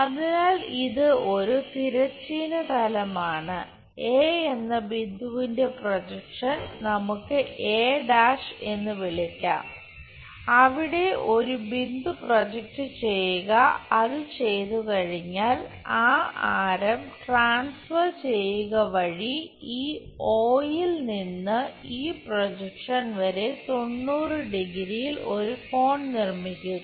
അതിനാൽ ഇത് ഒരു തിരശ്ചീന തലമാണ് എ എന്ന ബിന്ദുവിന്റെ പ്രൊജക്ഷനെ നമുക്ക് a' എന്ന് വിളിക്കാം അവിടെ ഒരു ബിന്ദു പ്രൊജക്റ്റ് ചെയ്യുക അത് ചെയ്തുകഴിഞ്ഞാൽ ആ ആരം ട്രാൻസ്ഫർ ചെയ്യുക വഴി ഈ ഓ യിൽ നിന്ന് ഈ പ്രോജെക്ഷൻ വരെ 90 ഡിഗ്രിയിൽ 90º ഒരു കോൺ നിർമ്മിക്കുക